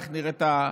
איך נראים האנשים,